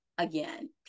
again